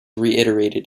reiterated